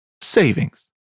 savings